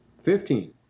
Fifteen